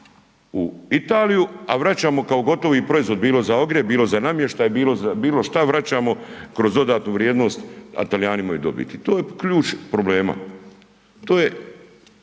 u Italiju, a vraćamo kao gotovi proizvod, bilo za ogrjev, bilo za namještaj, bilo šta vraćamo kroz dodatnu vrijednost, a Talijani imaju dobiti, to je ključ problema, to je,